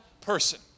person